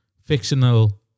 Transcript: fictional